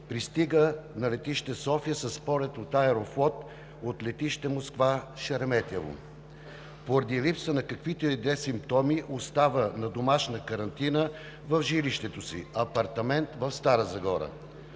Пристига на летище София с полет на „Аерофлот“ от летище Москва, Шереметиево. Поради липсата на каквито и да е симптоми остава на домашна карантина в жилището си – апартамент в Стара Загора.